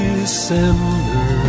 December